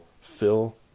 fill